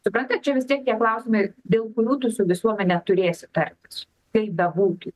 supranti čia visi tie klausimai dėl kurių tu su visuomene turėsi tartis kaip bebūtų